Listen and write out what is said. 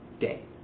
day